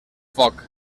foc